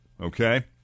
Okay